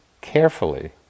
carefully